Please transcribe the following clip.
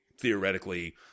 theoretically